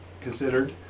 considered